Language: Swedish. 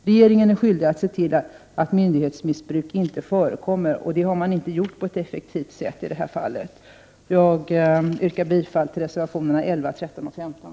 Regeringen är skyldig att se till att myndighetsmissbruk inte förekommer, och det har man inte gjort på ett effektivt sätt i det här fallet. Jag yrkar bifall till reservationerna 11, 13 och 15.